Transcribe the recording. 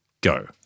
Go